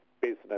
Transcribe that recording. business